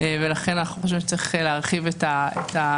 ולכן אנחנו חושבים שצריך להרחיב את ההגדרה.